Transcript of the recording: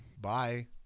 Bye